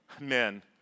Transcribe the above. men